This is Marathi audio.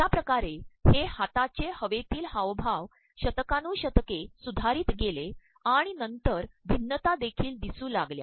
अश्यािकारे हे हाताचे हवेतील हावभाव शतकानुशतके सुधाररत गेले आणण नंतर मभन्नता देखील द्रदसू लागल्या